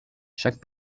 chaque